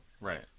Right